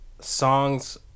songs